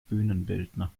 bühnenbildner